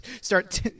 start